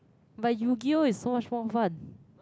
but yu-gi-oh is so much more fun